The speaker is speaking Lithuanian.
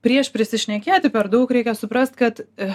prieš prisišnekėti per daug reikia suprast kad